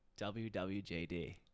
WWJD